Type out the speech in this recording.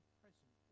present